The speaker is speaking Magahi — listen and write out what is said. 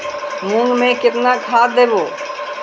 मुंग में केतना खाद देवे?